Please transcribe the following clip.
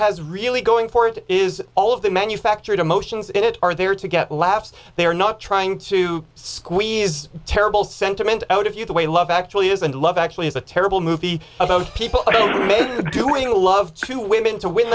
has really going for it is all of the manufactured emotions in it are there to get laughs they're not trying to squeeze terrible sentiment out of you the way love actually is and love actually is a terrible movie about people doing love to women to